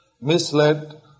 misled